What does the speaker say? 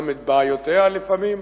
גם את בעיותיה, לפעמים.